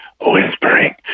whispering